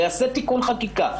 ויעשה תיקון חקיקה,